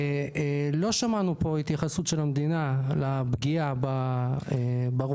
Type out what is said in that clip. לא שמענו פה התייחסות של המדינה לפגיעה ברופאים,